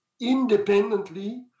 independently